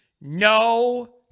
No